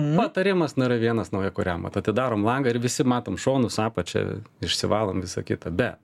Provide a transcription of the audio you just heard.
patarimas nr vienas naujakuriam vat atidarom langą ir visi matom šonus apačią išsivalom visą kitą bet